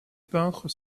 peintre